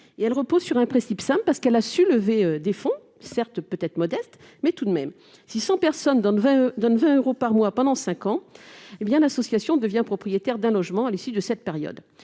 mis en oeuvre un principe simple pour lever des fonds, certes modestes, mais tout de même : si cent personnes donnent 20 euros par mois pendant cinq ans, l'association devient propriétaire d'un logement à l'issue de cette période,